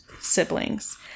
Siblings